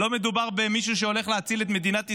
לא מדובר במישהו שהולך להציל את מדינת ישראל.